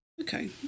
Okay